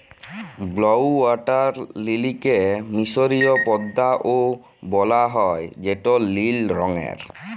blue water লিলিকে মিসরীয় পদ্দা ও বলা হ্যয় যেটা লিল রঙের